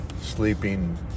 sleeping